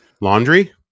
Laundry